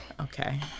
Okay